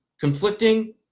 conflicting